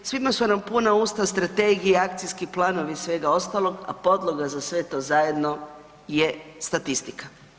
Svima su nam puna usta strategija, akcijski planovi, svega ostalog, a podloga za sve to zajedno je statistika.